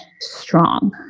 strong